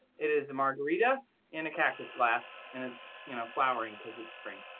it is a margarita in a cactus glass and it's you know flowering because it's spring.